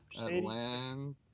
Atlanta